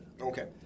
Okay